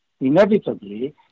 inevitably